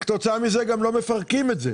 כתוצאה מכך, גם לא מפרקים את זה,